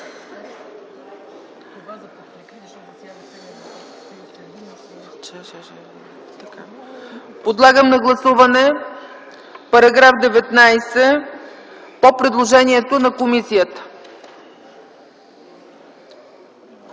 Подлагам на гласуване § 19 по предложението на комисията.